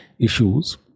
issues